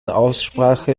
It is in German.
aussprache